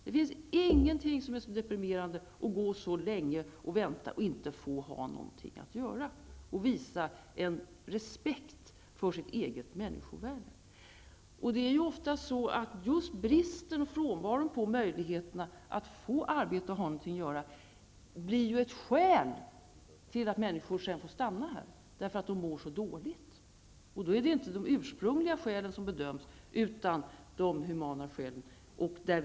Det finns ingenting som är så deprimerande som att få gå länge och vänta och inte få ha något att göra, dvs. att inte kunna få respekt för sitt eget människovärde. Just frånvaron av möjligheterna att få arbete och ha något att göra blir ju ett skäl till att människor sedan får stanna i Sverige. Det är alltså på grund av att de mår så dåligt. Då är det alltså inte de ursprungliga skälen som bedöms utan de senare tillkomna humana skälen.